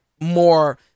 more